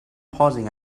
pausing